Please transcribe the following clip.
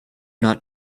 not